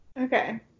Okay